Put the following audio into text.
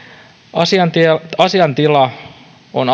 asiantila asiantila on